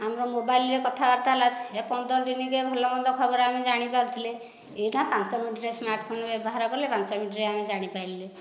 ଆମର ମୋବାଇଲରେ କଥାବାର୍ତ୍ତା ପନ୍ଦର ଦିନରେ ଭଲ ମନ୍ଦ ଖବର ଆମେ ଜାଣିପାରୁଥିଲେ ଏଇନା ପାଞ୍ଚ ମିନିଟରେ ସ୍ମାର୍ଟ ଫୋନ ବ୍ୟବହାର କଲେ ପାଞ୍ଚ ମିନିଟରେ ଆମେ ଜାଣିପାରିଲୁ